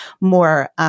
more